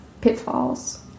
pitfalls